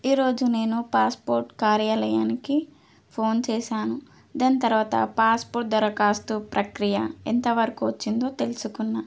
ఈరోజు నేను పాస్పోర్ట్ కార్యాలయానికి ఫోన్ చేసాను దాని తరువాత పాస్పోర్ట్ దరఖాస్తు ప్రక్రియ ఎంతవరకు వచ్చిందో తెలుసుకున్న